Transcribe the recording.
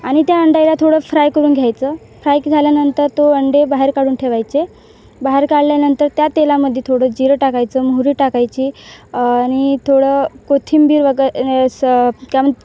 आणि त्या अंड्याला थोडं फ्राय करून घ्यायचं फ्राय झाल्यानंतर तो अंडे बाहेर काढून ठेवायचे बाहेर काढल्यानंतर त्या तेलामध्ये थोडं जिरं टाकायचं मोहरी टाकायची आणि थोडं कोथिंबीर वग हे असं काय म्हण